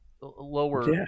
lower